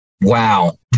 wow